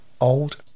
Old